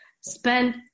spend